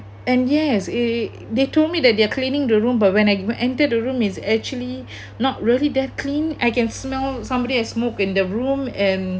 and yes it they told me that they're cleaning the room but when I entered the room is actually not really that clean I can smell somebody has smoked in the room and